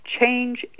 change